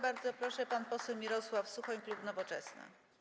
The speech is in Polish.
Bardzo proszę, pan poseł Mirosław Suchoń, klub Nowoczesna.